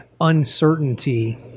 uncertainty